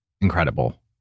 incredible